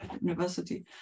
university